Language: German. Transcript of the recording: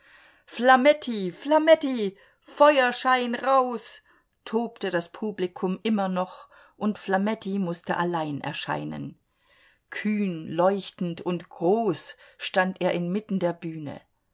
flametti flametti feuerschein raus tobte das publikum immer noch und flametti mußte allein erscheinen kühn leuchtend und groß stand er inmitten der bühne